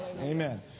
Amen